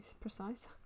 precise